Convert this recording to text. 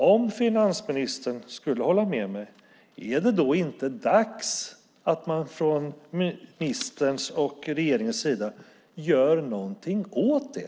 Om finansministern håller med mig, är det då inte dags att man från ministerns och regeringens sida gör något åt det?